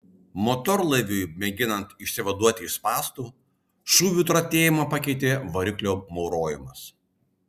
motorlaiviui mėginant išsivaduoti iš spąstų šūvių tratėjimą pakeitė variklio maurojimas